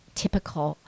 typical